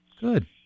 Good